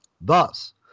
Thus